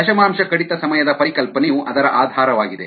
ದಶಮಾಂಶ ಕಡಿತ ಸಮಯದ ಪರಿಕಲ್ಪನೆಯು ಅದರ ಆಧಾರವಾಗಿದೆ